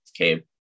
okay